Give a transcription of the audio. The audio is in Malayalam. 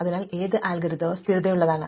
അതിനാൽ ഏത് അൽഗോരിതം സ്ഥിരതയുള്ളതാണ്